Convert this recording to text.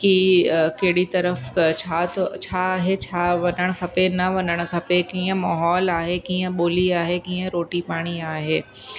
की कहिड़ी तरफ़ त छा थो छा आहे छा वञणु खपे न वञणु खपे कीअं माहौलु आहे कीअं ॿोली आहे कीअं रोटी पाणी आहे